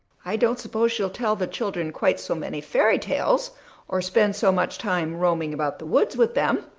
i don't suppose she'll tell the children quite so many fairy tales or spend so much time roaming about the woods with them.